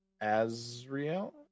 Azrael